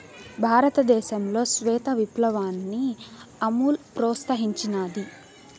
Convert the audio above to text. భారతదేశంలో శ్వేత విప్లవాన్ని అమూల్ ప్రోత్సహించినాది